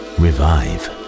revive